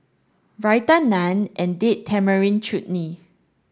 Raita Naan and Date Tamarind Chutney